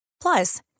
Plus